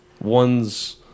One's